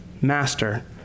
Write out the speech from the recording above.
Master